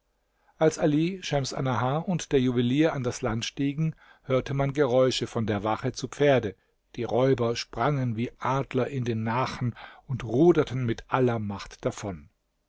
als ali schems annahar und der juwelier an das land stiegen hörte man geräusche von der wache zu pferde die räuber sprangen wie adler in den nachen und ruderten mit aller macht davon